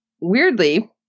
weirdly